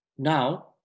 Now